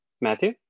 Matthew